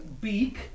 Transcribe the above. beak